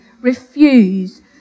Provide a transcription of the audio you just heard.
refuse